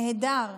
נהדר.